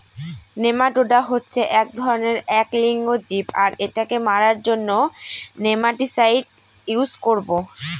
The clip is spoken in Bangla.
নেমাটোডা হচ্ছে এক ধরনের এক লিঙ্গ জীব আর এটাকে মারার জন্য নেমাটিসাইড ইউস করবো